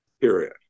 Period